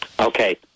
Okay